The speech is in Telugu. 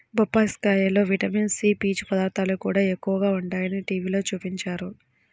బొప్పాస్కాయలో విటమిన్ సి, పీచు పదార్థాలు కూడా ఎక్కువగా ఉంటయ్యని టీవీలో చూపించారు